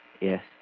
Yes